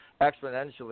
exponentially